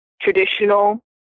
traditional